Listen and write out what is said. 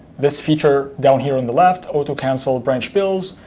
this feature down here on the left, auto cancel ah branch builds,